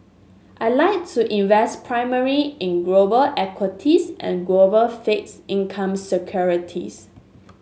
I like to invest primary in global equities and global fixed income securities